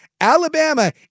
Alabama